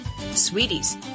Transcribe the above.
Sweeties